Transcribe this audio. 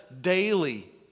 daily